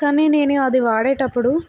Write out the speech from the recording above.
కానీ నేను అది వాడేటప్పుడు